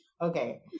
okay